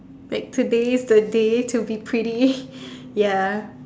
like today's the day to be pretty ya